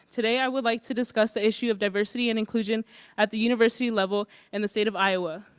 today i would like to discuss the issue of diversity and inclusion at the university level in the state of iowa.